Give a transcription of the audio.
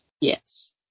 Yes